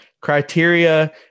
criteria